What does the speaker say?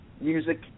music